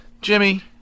Jimmy